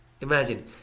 Imagine